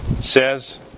says